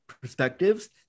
perspectives